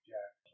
Jack